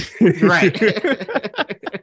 Right